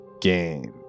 game